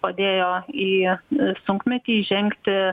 padėjo į sunkmetį įžengti